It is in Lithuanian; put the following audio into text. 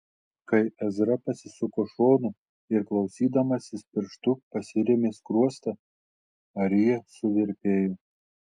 kai ezra pasisuko šonu ir klausydamasis pirštu pasirėmė skruostą arija suvirpėjo